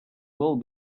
will